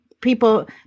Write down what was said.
people